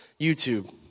YouTube